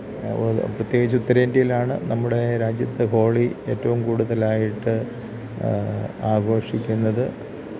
അതുപോലെ പ്രത്യേകിച്ച് ഉത്തരേന്ഡ്യയിലാണ് നമ്മുടെ രാജ്യത്ത് ഹോളി ഏറ്റവും കൂടുതലായിട്ട് ആഘോഷിക്കുന്നത്